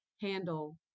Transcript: handle